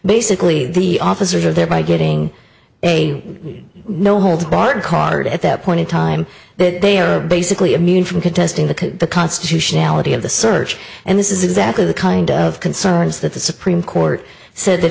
basically the officers are there by getting a no holds barred card at that point in time that they are basically immune from contesting the constitutionality of the search and this is exactly the kind of concerns that the supreme court said that